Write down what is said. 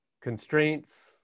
constraints